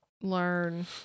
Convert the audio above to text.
learn